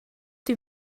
dwi